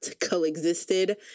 coexisted